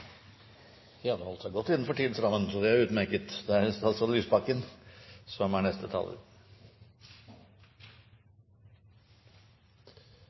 holdt seg godt innenfor tidsrammen, så det er utmerket.